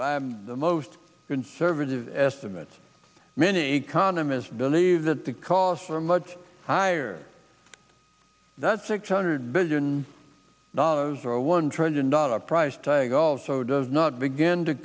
by the most conservative estimates many economists believe that the costs are much higher that six hundred billion dollars or a one trillion dollar price tag also does not begin to